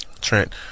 Trent